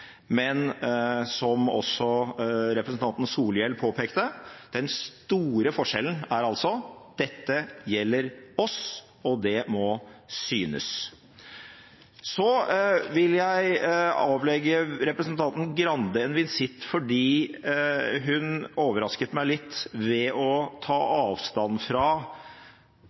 men som også representanten Solhjell påpekte, den store forskjellen er altså at dette gjelder oss, og det må synes. Så vil jeg avlegge representanten Skei Grande en visitt, fordi hun overrasket meg litt ved å ta